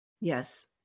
Yes